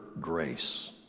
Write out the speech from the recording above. grace